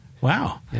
Wow